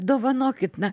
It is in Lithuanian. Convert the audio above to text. dovanokit na